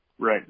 Right